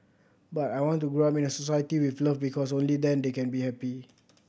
but I want to grow up in a society with love because only then they can be happy